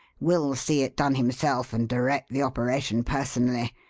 will see it done himself and direct the operation personally.